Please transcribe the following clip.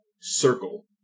circle